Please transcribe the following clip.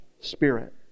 Spirit